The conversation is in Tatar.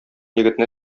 егетне